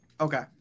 Okay